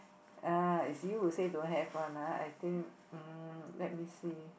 uh it's you who say don't have one ah I think um let me see